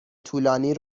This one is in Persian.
طولانی